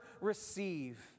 receive